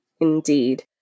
indeed